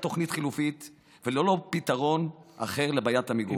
תוכנית חלופית וללא פתרון אחר לבעיית המיגון.